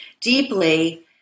deeply